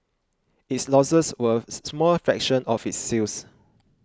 its losses were a small fraction of its sales